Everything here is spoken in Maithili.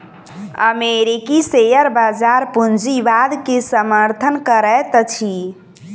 अमेरिकी शेयर बजार पूंजीवाद के समर्थन करैत अछि